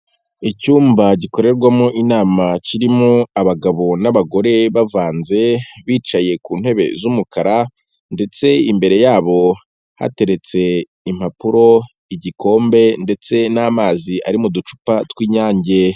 Icyumba gikorerwamo inama, kirimo abagabo n'abagore bavanze, bicaye ku ntebe z'umukara, ndetse imbere yabo hateretse impapuro, igikombe, ndetse n'amazi ari mu ducupa tw'inyange.